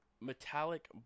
metallic